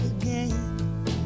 again